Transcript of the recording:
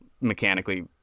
mechanically